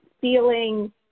feeling